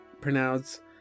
pronounced